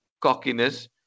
cockiness